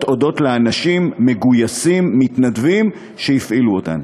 הודות לאנשים מגויסים, מתנדבים, שהפעילו אותן.